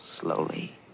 Slowly